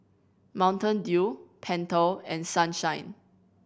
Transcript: Mountain Dew Pentel and Sunshine